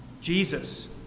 Jesus